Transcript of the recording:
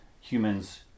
humans